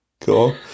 Cool